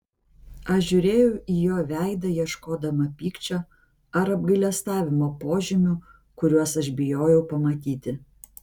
aš žiūrėjau į jo veidą ieškodama pykčio ar apgailestavimo požymių kuriuos aš bijojau pamatyti